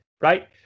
right